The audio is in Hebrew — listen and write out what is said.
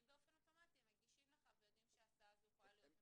האם אופן אוטומטי הם מגישים לך ויודעים שההסעה הזו יכולה להיות מפוצלת?